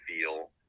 feel